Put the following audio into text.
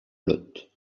lot